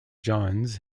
johns